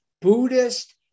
Buddhist